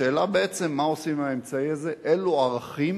השאלה בעצם, מה עושים עם האמצעי הזה, אילו ערכים